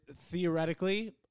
theoretically